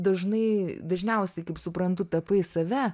dažnai dažniausiai kaip suprantu tapai save